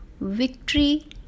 victory